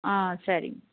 ஆ சரி